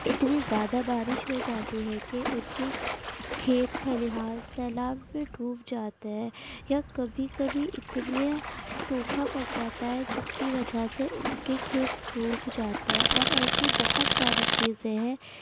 اتنی زیادہ بارش ہو جاتی ہے کہ ان کے کھیت کھلیان سیلاب میں ڈوب جاتے ہیں یا کبھی کبھی اتنا سوکھا پڑ جاتا ہے جس کی وجہ سے ان کی کھیت سوکھ جاتے ہیں اور ایسی بہت ساری ایسی چیزیں ہیں